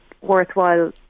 worthwhile